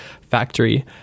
factory